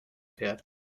fährt